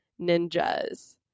ninjas